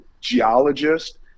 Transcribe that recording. geologist